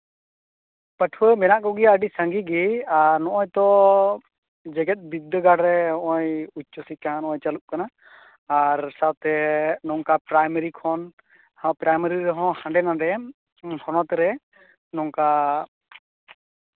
ᱯᱟᱹᱴᱷᱩᱣᱟᱹ ᱢᱮᱱᱟᱜ ᱠᱚᱜᱮᱭᱟ ᱟᱹᱰᱤ ᱥᱟᱸᱜᱮ ᱜᱮ ᱟᱨ ᱱᱚᱜᱼᱚᱭ ᱛᱚ ᱡᱮᱜᱮᱫ ᱵᱤᱫᱽᱫᱟᱹᱜᱟᱲ ᱨᱮ ᱱᱚᱸᱜᱼᱚᱭ ᱩᱪᱪᱚᱥᱤᱠᱠᱷᱟ ᱱᱚᱜᱼᱚᱭ ᱪᱟᱞᱩᱜ ᱠᱟᱱᱟ ᱟᱨ ᱥᱟᱶᱛᱮ ᱱᱚᱝᱠᱟ ᱯᱨᱟᱭᱢᱟᱨᱤ ᱠᱷᱚᱱ ᱦᱚᱸ ᱯᱨᱟᱭᱢᱟᱨᱤ ᱨᱮᱦᱚᱸ ᱦᱟᱸᱰᱮᱼᱱᱟᱰᱮ ᱦᱚᱱᱚᱛ ᱨᱮ ᱱᱚᱝᱠᱟ